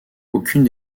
aucune